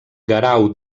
guerau